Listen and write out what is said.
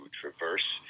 traverse